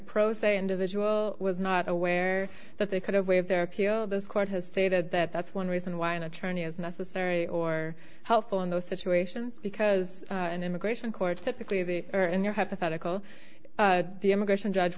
pro se individual was not aware that they could a way of their appeal this court has stated that that's one reason why an attorney is necessary or helpful in those situations because an immigration court typically they are in your hypothetical the immigration judge